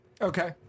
Okay